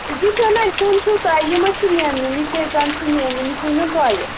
یہِ چھُنا نیُن چھُو تۄہہِ یہِ ما چھُو مےٚ نیُن یہِ کیٛاہ زَن چھُ مےٚ نیُن یہِ چھُو نیُن تۄہہِ